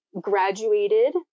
graduated